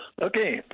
Okay